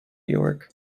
york